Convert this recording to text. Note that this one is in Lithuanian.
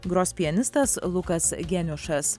gros pianistas lukas geniušas